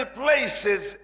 places